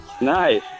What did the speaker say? nice